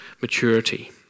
maturity